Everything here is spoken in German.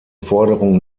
forderung